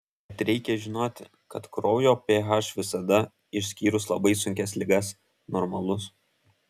bet reikia žinoti kad kraujo ph visada išskyrus labai sunkias ligas normalus